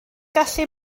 gallu